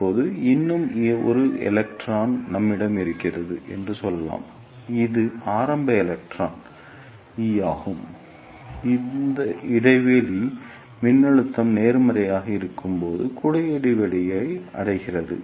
இப்போது இன்னும் ஒரு எலக்ட்ரான் நம்மிடம் இருக்கிறது என்று சொல்லலாம் இது ஆரம்ப எலக்ட்ரான் ஈ ஆகும் இது இடைவெளி மின்னழுத்தம் நேர்மறையாக இருக்கும்போது குழி இடைவெளியை அடைகிறது